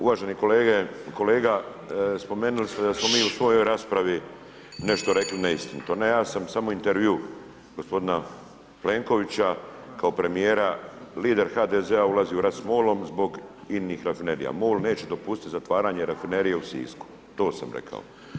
Uvaženi kolege, kolega spomenuli ste da smo mi u svojoj raspravi nešto rekli neistinu, to ne ja sam samo intervju gospodina Plenkovića kao premijera lider HDZ-a ulazi u rat s MOL-om zbog INA-inih rafinerija, MOL neće dopusti zatvaranje rafinerije u Sisku, to sam rekao.